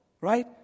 right